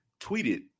tweeted